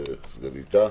וסגניתה.